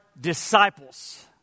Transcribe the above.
disciples